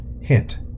Hint